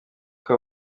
uko